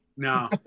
No